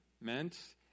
meant